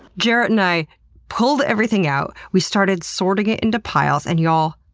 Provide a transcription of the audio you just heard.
jarrett and i pulled everything out. we started sorting it into piles. and y'all,